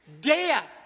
death